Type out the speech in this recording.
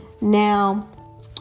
Now